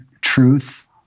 truth